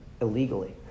illegally